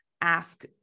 ask